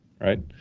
right